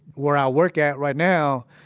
where i work at right now,